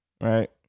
Right